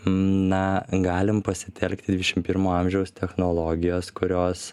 na galim pasitelkti dvidešim pirmo amžiaus technologijas kurios